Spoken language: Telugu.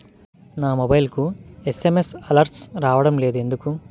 నా మొబైల్కు ఎస్.ఎం.ఎస్ అలర్ట్స్ రావడం లేదు ఎందుకు?